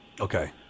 Okay